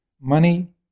Money